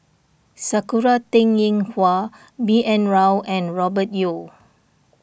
Sakura Teng Ying Hua B N Rao and Robert Yeo